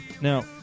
Now